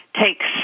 takes